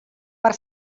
per